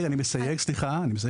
מסייג אלא,